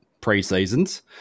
pre-seasons